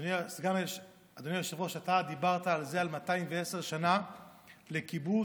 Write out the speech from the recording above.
אדוני היושב-ראש, אתה דיברת על 210 שנה לכיבוש,